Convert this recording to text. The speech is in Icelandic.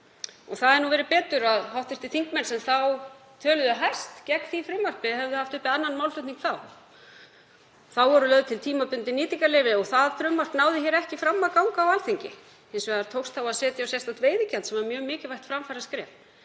Það hefði verið betur að hv. þingmenn sem þá töluðu hæst gegn því frumvarpi hefðu haft uppi annan málflutning. Þá voru lögð til tímabundin nýtingarleyfi og það frumvarp náði ekki fram að ganga á Alþingi. Hins vegar tókst þá að setja á sérstakt veiðigjald, sem var mjög mikilvægt framfaraskref.